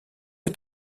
est